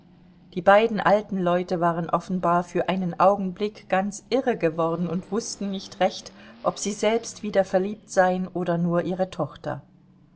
die beiden alten leute waren offenbar für einen augenblick ganz irre geworden und wußten nicht recht ob sie selbst wieder verliebt seien oder nur ihre tochter